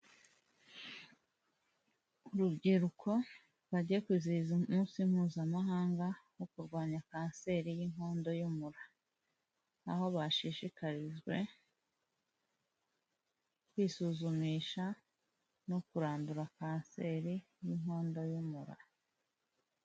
Urubyiruko bagiye kwizihiza umunsi mpuzamahanga wo kurwanya kanseri y'inkondo y'umura, aho bashishikarijwe kwisuzumisha no kurandura kanseri y'inkondo y'umura.